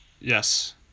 Yes